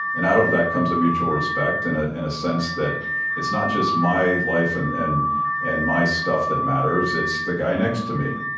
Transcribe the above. and out of that comes a mutual respect and ah and a sense that it's not just my life and and and my stuff that matters it's the guy next to me,